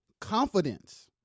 Confidence